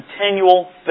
continual